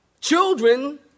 children